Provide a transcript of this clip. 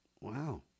Wow